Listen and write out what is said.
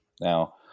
Now